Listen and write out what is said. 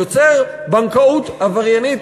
יוצר בנקאות עבריינית,